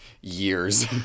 years